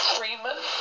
Freeman